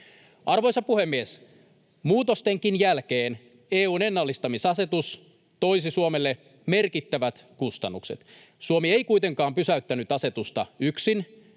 Arvoisa puhemies! Muutostenkin jälkeen EU:n ennallistamisasetus toisi Suomelle merkittävät kustannukset. Suomi ei kuitenkaan pysäyttänyt asetusta yksin,